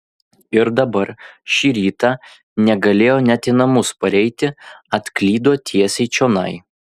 ir dabar šį rytą negalėjo net į namus pareiti atklydo tiesiai čionai